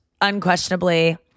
unquestionably